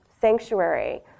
sanctuary